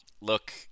Look